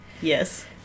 Yes